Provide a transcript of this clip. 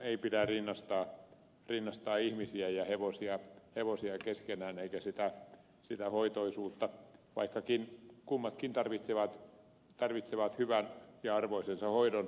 ei pidä rinnastaa ihmisiä ja hevosia keskenään eikä sitä hoitoisuutta vaikkakin kummatkin tarvitsevat hyvän ja arvoisensa hoidon